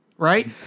right